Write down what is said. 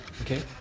okay